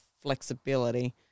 flexibility